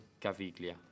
Caviglia